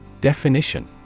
Definition